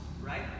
Right